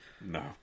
No